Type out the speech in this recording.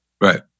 Right